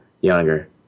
younger